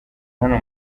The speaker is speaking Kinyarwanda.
hano